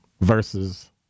versus